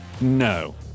No